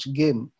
game